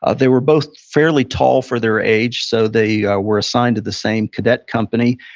ah they were both fairly tall for their age, so they were assigned to the same cadet company.